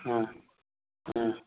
ꯑꯥ ꯑꯥ